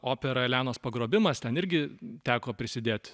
opera elenos pagrobimas ten irgi teko prisidėt